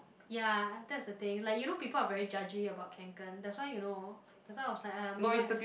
ya that's the thing like you know people are very judge about Kanken that's why you know that's why I was like !aiya! if I